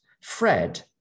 Fred